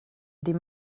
des